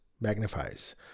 magnifies